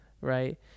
right